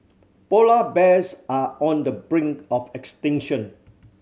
polar bears are on the brink of extinction